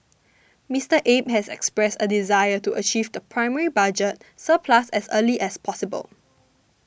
Mister Abe has expressed a desire to achieve the primary budget surplus as early as possible